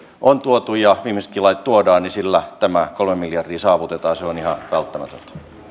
on tuotu ja jonka viimeisetkin lait tuodaan tämä kolme miljardia saavutetaan se on ihan välttämätöntä